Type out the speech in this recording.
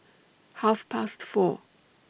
Half Past four